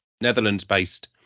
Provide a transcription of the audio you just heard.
Netherlands-based